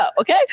Okay